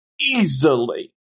easily